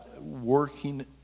working